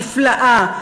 נפלאה,